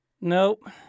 Nope